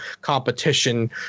competition